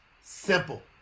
simple